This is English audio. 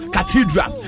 Cathedral